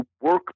work